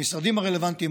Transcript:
המשרדים הרלוונטיים,